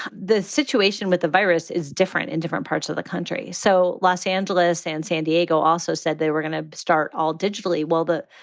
the situation with the virus is different in different parts of the country. so los angeles and san diego also said they were going to start all digitally while the,